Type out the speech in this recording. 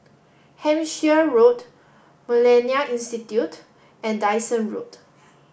Hampshire Road Millennia Institute and Dyson Road